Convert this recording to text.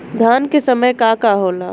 धान के समय का का होला?